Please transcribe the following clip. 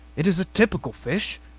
it is a typical fish,